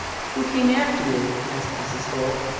who came after you? asked mrs. holt.